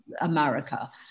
America